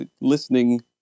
listening